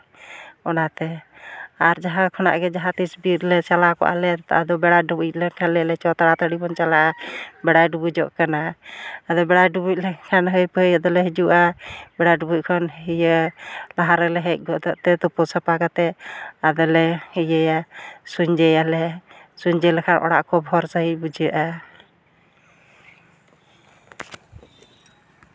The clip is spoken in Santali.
ᱚᱱᱟᱛᱮ ᱟᱨ ᱡᱟᱦᱟᱸ ᱠᱷᱚᱱᱟᱜ ᱜᱮ ᱡᱟᱦᱟᱸ ᱛᱤᱥ ᱵᱤᱨ ᱞᱮ ᱪᱟᱞᱟᱣ ᱠᱚᱜᱼᱟ ᱞᱮ ᱟᱫᱚ ᱵᱮᱲᱟ ᱰᱩᱵᱩᱡ ᱞᱮᱱᱠᱷᱟᱱ ᱞᱟᱹᱭᱟᱞᱮ ᱪᱚ ᱛᱟᱲᱟᱛᱟᱹᱲᱤ ᱵᱚᱱ ᱪᱟᱞᱟᱜᱼᱟ ᱵᱮᱲᱟᱭ ᱰᱩᱵᱩᱡᱚᱜ ᱠᱟᱱᱟ ᱟᱫᱚ ᱵᱮᱲᱟᱭ ᱰᱩᱵᱩᱡ ᱞᱮᱱᱠᱷᱟᱱ ᱟᱫᱚ ᱦᱟᱺᱭᱯᱷᱟᱺᱭ ᱟᱫᱚ ᱞᱮ ᱦᱤᱡᱩᱜᱼᱟ ᱵᱮᱲᱟ ᱰᱩᱵᱩᱡ ᱠᱷᱚᱱ ᱤᱭᱟᱹ ᱞᱟᱦᱟ ᱨᱮᱞᱮ ᱦᱮᱡ ᱜᱚᱫᱚᱜ ᱛᱮ ᱛᱩᱯᱩ ᱥᱟᱯᱷᱟ ᱠᱟᱛᱮᱫ ᱟᱫᱚᱞᱮ ᱤᱭᱟᱹᱭᱟ ᱥᱩᱧᱡᱟᱹᱭᱟᱞᱮ ᱥᱩᱧᱡᱟᱹ ᱞᱮᱠᱷᱟᱱ ᱚᱲᱟᱜ ᱠᱚ ᱵᱷᱚᱨ ᱥᱟᱺᱦᱤᱡ ᱵᱩᱡᱷᱟᱹᱜᱼᱟ